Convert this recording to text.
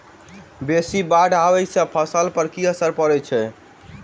बेसी बाढ़ आबै सँ फसल पर की असर परै छै?